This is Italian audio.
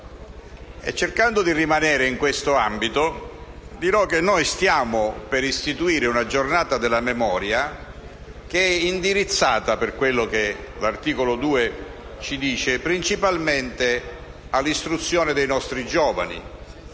Cercando di rimanere in questo ambito, dirò che stiamo per istituire una giornata della memoria, che è indirizzata, per quello che ci dice l'articolo 2, principalmente all'istruzione dei nostri giovani